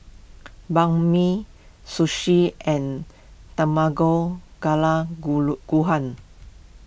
Banh Mi Sushi and Tamago Kala Gohan